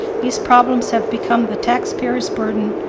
these problems have become the taxpayers' burden,